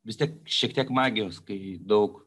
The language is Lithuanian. vis tiek šiek tiek magijos kai daug